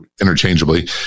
interchangeably